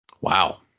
Wow